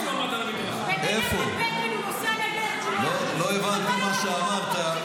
לא שם ------ לא הבנתי מה שאמרת.